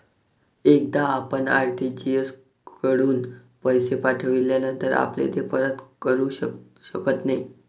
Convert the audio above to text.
एकदा आपण आर.टी.जी.एस कडून पैसे पाठविल्यानंतर आपण ते परत करू शकत नाही